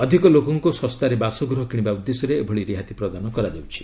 ଅଧିକ ଲୋକଙ୍କୁ ଶସ୍ତାରେ ବାସଗୃହ କିଣିବା ଉଦ୍ଦେଶ୍ୟରେ ଏଭଳି ରିହାତି ପ୍ରଦାନ କରାଯାଉଛି